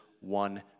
one